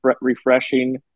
refreshing